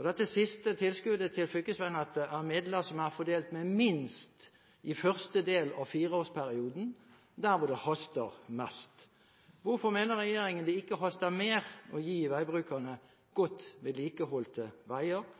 Når det gjelder dette siste tilskuddet til fylkesveinettet, er det fordelt med minst midler i første del av fireårsperioden, der hvor det haster mest. Hvorfor mener regjeringen det ikke haster mer å gi veibrukerne godt vedlikeholdte veier?